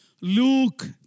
Luke